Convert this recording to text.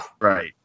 Right